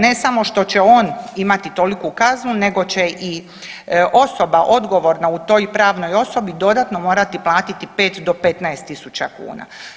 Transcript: Ne samo što će on imati toliku kaznu nego će i osoba odgovorna u toj pravnoj osobi dodatno morati platiti 5 do 15 tisuća kuna.